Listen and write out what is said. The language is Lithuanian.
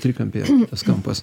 trikampyje tas kampas